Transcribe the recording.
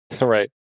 Right